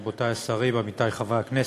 תודה רבה, רבותי השרים, עמיתי חברי הכנסת,